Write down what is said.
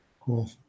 Cool